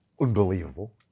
unbelievable